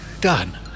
Done